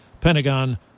Pentagon